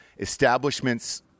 establishments